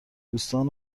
دوستان